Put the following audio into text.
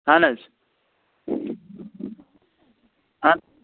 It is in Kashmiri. اہن حظ اہن